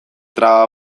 traba